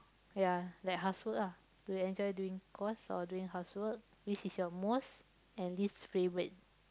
ya like housework ah you enjoy doing cores or doing housework which is your most and least favourite